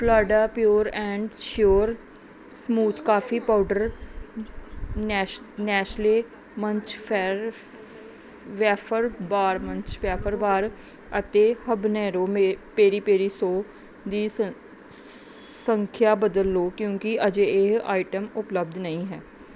Phalada pure and sure smooth coffee powder ਨੈਸ਼ Nestle Munch ਫੈਰ wafer bar Munch wafer bar ਅਤੇ habanero ਮੇ peri peri ਸੌ ਦੀ ਸ ਸੰਖਿਆ ਬਦਲ ਲੋ ਕਿਉਂਕੀ ਅਜੇ ਇਹ ਆਈਟਮ ਉਪਲੱਬਧ ਨਹੀਂ ਹੈ